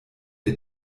der